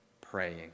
praying